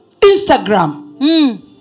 Instagram